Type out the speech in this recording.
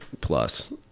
plus